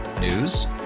News